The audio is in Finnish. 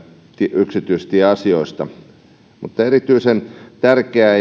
yksityistieasioista mutta erityisen tärkeää